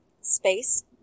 space